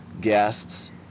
guests